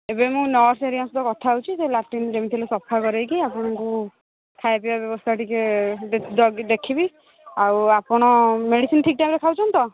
ଏବେ ମୁଁ ନର୍ସ ହେରିକାଙ୍କ ସହିତ କଥା ହେଉଛି ସେଇ ଲାଟିନ୍ ଯେମିତି ହେଲେ ସଫା କରେଇକି ଆପଣଙ୍କୁ ଖାଇବା ପିଇବା ବ୍ୟବସ୍ଥା ଟିକେ ଦେଖିବି ଆଉ ଆପଣ ମେଡିସିନ୍ ଠିକ ଟାଇମ୍ରେ ଖାଉଛନ୍ତି ତ